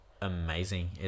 amazing